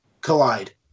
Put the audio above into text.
collide